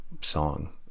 song